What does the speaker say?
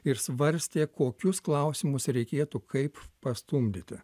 ir svarstė kokius klausimus reikėtų kaip pastumdyti